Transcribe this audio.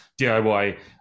DIY